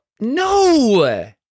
no